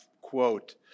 quote